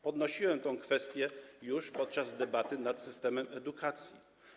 Podnosiłem tę kwestię już podczas debaty nad systemem edukacji.